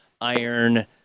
iron